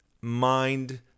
mind